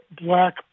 black